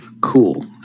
Cool